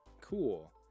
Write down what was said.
cool